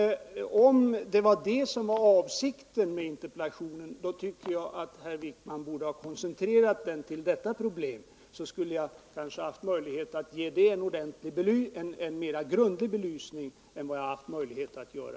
Men om det var detta som var avsikten med interpellationen, tycker jag att herr Wijkman borde ha koncetrerat interpellationen till denna fråga. Jag skulle då haft möjligheter att ge den en mera grundlig belysning än vad jag nu kunnat göra.